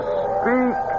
speak